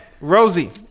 Rosie